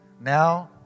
Now